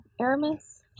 aramis